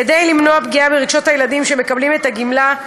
כדי למנוע פגיעה ברגשות הילדים שמקבלים את הגמלה,